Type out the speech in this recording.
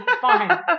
Fine